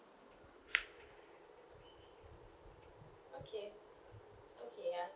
okay okay ya